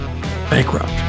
Bankrupt